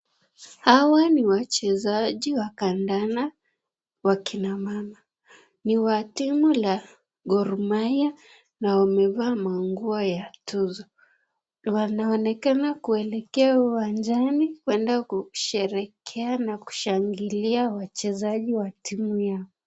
Hawa ni wachezaji wa kandanda wa akina mama, ni wa timu la Gor Mahia na wamevaa manguo ya Tuzo. Wanaonekana kuelekea uwanjani kuenda kusherehekea na kushangilia wachezaji wa timu yao.